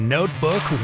Notebook